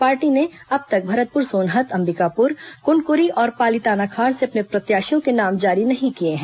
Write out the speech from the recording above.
party ने अब तक भरतपुर सोनहत अंबिकापुर कुनकुरी और पाली तानाखार से अपने प्रत्याशियों के नाम जारी नहीं किए हैं